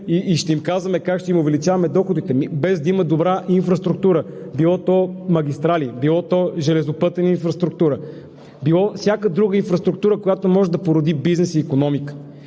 и ще им казваме как ще им увеличаваме доходите, без да има добра инфраструктура – било то магистрали, било то железопътна инфраструктура, било всяка друга инфраструктура, която може да породи бизнес и икономика.